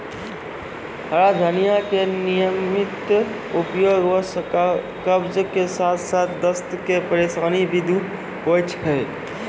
हरा धनिया के नियमित उपयोग सॅ कब्ज के साथॅ साथॅ दस्त के परेशानी भी दूर होय जाय छै